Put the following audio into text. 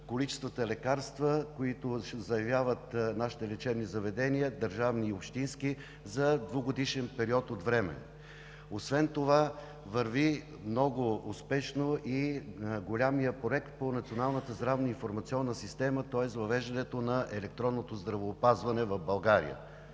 количествата лекарства, които заявяват нашите лечебни заведения – държавни и общински, за двугодишен период от време. Освен това много успешно върви и големият проект по Националната здравно-информационна система, тоест въвеждането на електронното здравеопазване в България.